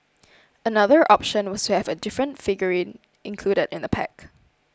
another option was to have a different figurine included in the pack